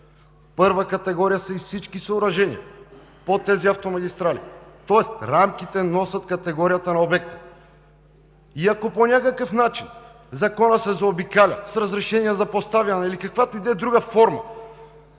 Първа категория са и всички съоръжения по тези автомагистрали, тоест рамките носят категорията на обектите. И ако по някакъв начин законът се заобикаля с разрешения за поставяне или под каквато и да е друга форма,